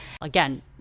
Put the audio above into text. again